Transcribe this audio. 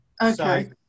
okay